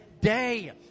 day